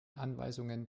anweisungen